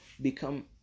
become